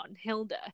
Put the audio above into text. hilda